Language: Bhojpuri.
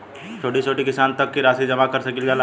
छोटी से छोटी कितना तक के राशि जमा कर सकीलाजा?